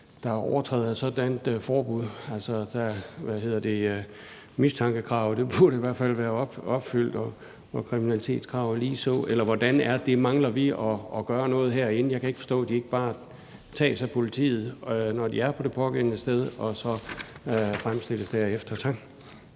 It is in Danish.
der overtræder et sådant forbud? Mistankekravet burde i hvert fald være opfyldt og kriminalitetskravet ligeså – eller hvordan er det? Mangler vi at gøre noget herinde? Jeg kan ikke forstå, at de ikke bare tages af politiet, når de er på det pågældende sted, og så fremstilles derefter. Tak.